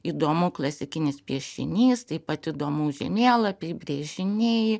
įdomu klasikinis piešinys taip pat įdomu žemėlapiai brėžiniai